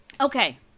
Okay